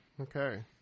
Okay